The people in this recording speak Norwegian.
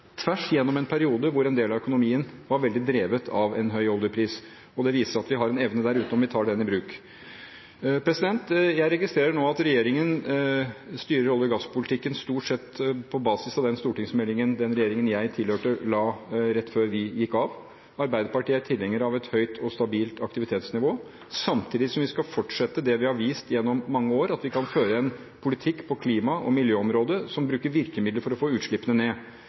tvers gjennom en periode hvor en del av økonomien var veldig drevet av en høy oljepris. Det viser at vi har en evne der ute om vi tar den i bruk. Jeg registrerer nå at regjeringen styrer olje- og gasspolitikken stort sett på basis av den stortingsmeldingen som den regjeringen jeg tilhørte, la fram rett før vi gikk av. Arbeiderpartiet er tilhenger av et høyt og stabilt aktivitetsnivå, samtidig som vi skal fortsette det vi har vist gjennom mange år, at vi kan føre en politikk på klima- og miljøområdet som bruker virkemidler for å få utslippene ned.